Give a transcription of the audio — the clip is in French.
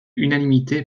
unanimité